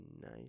nice